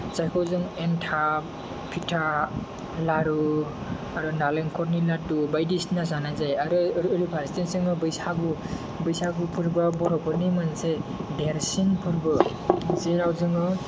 जायखौ जों एन्थाब फिथा लारु आरो नालेंखरनि लाद्दु बायदिसिना जानाय जायो आरो ओरै फारसेथिं जोङो बैसागु बैसागु फोरबोआ बर'फोरनि मोनसे देरसिन फोरबो जेराव जोङो